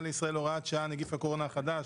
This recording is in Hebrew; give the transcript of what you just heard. לישראל (הוראת שעה נגיף הקורונה החדש),